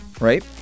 right